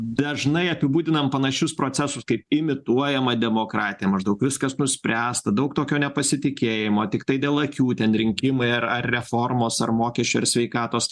dažnai apibūdinam panašius procesus kaip imituojama demokratija maždaug viskas nuspręsta daug tokio nepasitikėjimo tiktai dėl akių ten rinkimai ar ar reformos ar mokesčių ar sveikatos